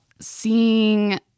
seeing